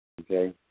Okay